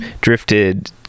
drifted